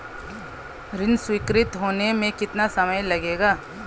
ऋण स्वीकृत होने में कितना समय लगेगा?